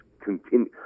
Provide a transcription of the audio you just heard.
continue